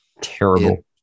terrible